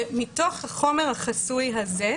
ומתוך החומר החסוי הזה,